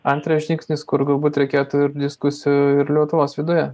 antras žingsnis kur galbūt reikėtų ir diskusijų ir liotuvos viduje